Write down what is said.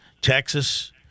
Texas